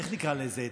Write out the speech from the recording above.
איך נקרא לזה,